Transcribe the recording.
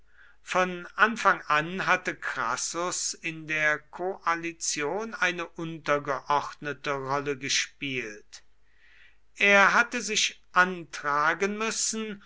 von anfang an hatte crassus in der koalition eine untergeordnete rolle gespielt er hatte sich antragen müssen